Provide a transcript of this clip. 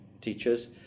teachers